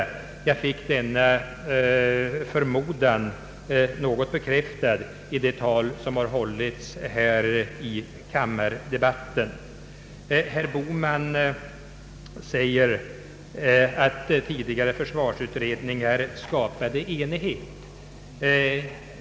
Jag fick denna förmodan något bekräftad av de anföranden som här har hållits i kammardebatten. Herr Bohman säger att tidigare försvarsutredningar skapat enighet.